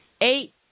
Eight